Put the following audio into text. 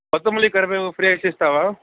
కొత్తిమిర కరివేపాకు ఫ్రీగా ఇచ్చేస్తావా